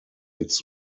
its